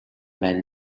байна